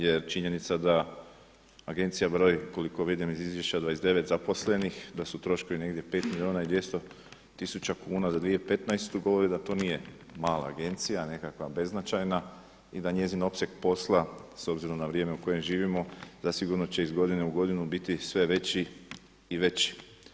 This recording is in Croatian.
Jer činjenica da Agencija broji koliko vidim iz Izvješća 29 zaposlenih, da su troškovi negdje 5 milijuna i 200 tisuća kuna za 2015., govori da to nije mala Agencija nekakva beznačajna i da njezin opseg posla s obzirom na vrijeme u kojem živimo da sigurno će iz godine u godinu biti sve veći i veći.